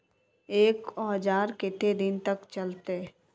एक औजार केते दिन तक चलते?